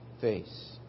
face